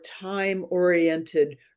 time-oriented